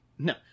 No